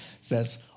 says